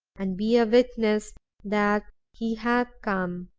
and be a witness that he hath come.